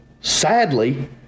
sadly